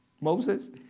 Moses